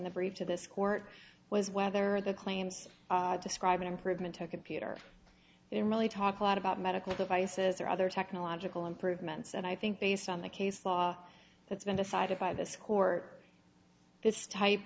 to this court was whether the claims describe an improvement to compete or didn't really talk a lot about medical devices or other technological improvements and i think based on the case law that's been decided by this court this type